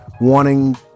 wanting